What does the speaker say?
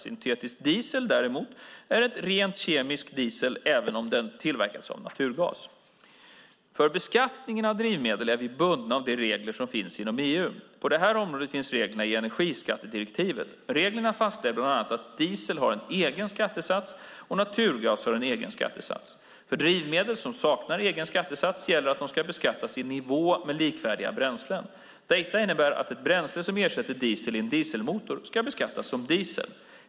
Syntetisk diesel däremot är rent kemiskt en diesel även om den tillverkats av naturgas. För beskattningen av drivmedel är vi bundna av de regler som finns inom EU. På det här området finns reglerna i energiskattedirektivet. Reglerna fastställer bland annat att diesel har en egen skattesats och att naturgas har en egen skattesats. För drivmedel som saknar egen skattesats gäller att de ska beskattas i nivå med likvärdigt bränsle. Detta innebär att ett bränsle som ersätter diesel i en dieselmotor ska beskattas som diesel.